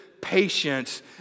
patience